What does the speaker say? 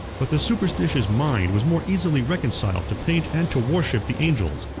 but the superstitious mind was more easily reconciled to paint and to worship the angels,